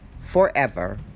forever